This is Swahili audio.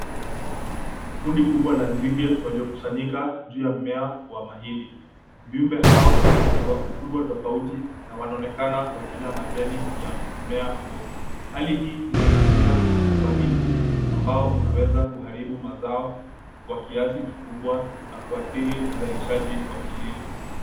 Kundi kubwa la nzige, waliokusanyika juu ya mmea wa mahindi. Viumbe hao ni wa ukubwa tofauti, na wanaonekana wakila majani ya mmea huo. Hali hii inaashiria uvamizi. Ambao unaweza kuharibu mazao kwa kiasi kikubwa, na kuathiri uzalishaji wa kilimo.